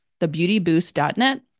thebeautyboost.net